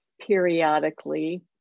periodically